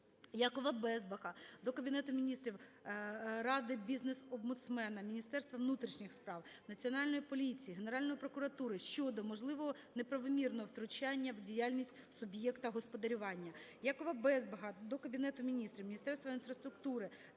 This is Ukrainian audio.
Якова Безбаха до Кабінету Міністрів, Ради бізнес-омбудсмена, Міністерства внутрішніх справ, Національної поліції, Генеральної прокуратури щодо можливого неправомірного втручання у діяльність суб'єкта господарювання. Якова Безбаха до Кабінету Міністрів, Міністерства інфраструктури,